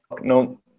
no